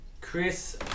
Chris